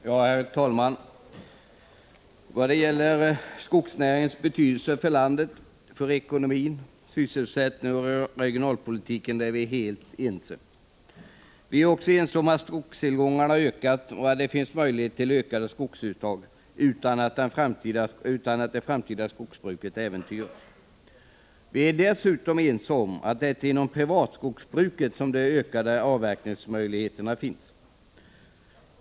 Herr talman! Vad gäller skogsnäringens betydelse för landet, ekonomin, sysselsättningen och regionalpolitiken är vi helt ense. Vi är också ense om att skogstillgångarna har ökat och att det finns möjligheter till större skogsuttag utan att det framtida skogsbruket äventyras. Vi är dessutom ense om att det är inom privatskogsbruket som de ökade avverkningsmöjligheterna finns.